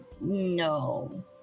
No